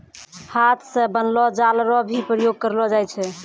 हाथ से बनलो जाल रो भी प्रयोग करलो जाय छै